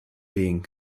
being